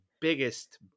biggest